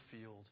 field